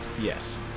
Yes